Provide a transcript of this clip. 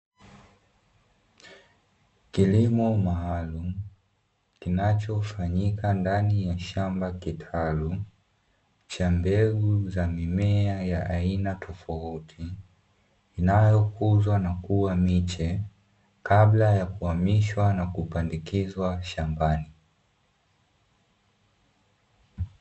Kilimo maalumu kinachofanyika ndani ya shamba kitalu, cha mbegu za mimea ya aina tofauti inayokuzwa na kuwa miche, kabla ya kuhamishwa na kupandikizwa shambani.